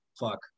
Fuck